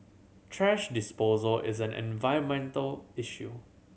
thrash disposal is an environmental issue